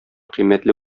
кыйммәтле